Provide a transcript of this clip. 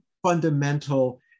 fundamental